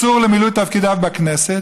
יהיה מסור למילוי תפקידיו בכנסת,